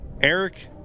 Eric